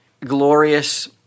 glorious